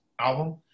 album